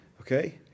okay